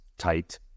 tight